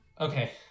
Okay